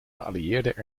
geallieerden